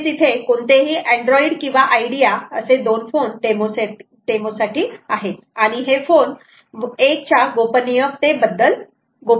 तसेच इथे कोणतेही अँड्रॉइड किंवा आयडिया असे दोन फोन डेमो साठी आहेत आणि हे फोन 1 च्या गोपनीयतेचे बद्दल आहे